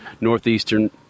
Northeastern